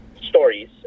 Stories